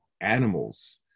animals